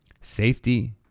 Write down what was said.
safety